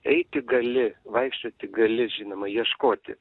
eiti gali vaikščioti gali žinoma ieškoti